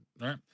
right